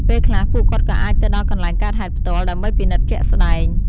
ពេលខ្លះ ពួកគាត់ក៏អាចទៅដល់កន្លែងកើតហេតុផ្ទាល់ ដើម្បីពិនិត្យជាក់ស្តែង។